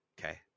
Okay